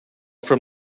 from